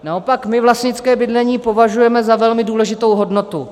Naopak my vlastnické bydlení považujeme za velmi důležitou hodnotu.